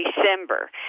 December